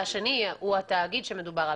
והשנייה היא התאגיד שמדובר עליו.